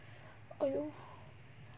!aiyo!